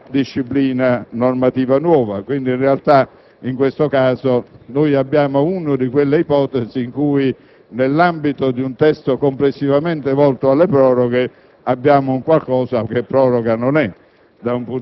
una disciplina normativa nuova. Quindi, in realtà, in questo caso ci troviamo di fronte ad una di quelle ipotesi in cui, nell'ambito di un testo complessivamente volto alle proroghe, abbiamo un qualcosa che proroga, da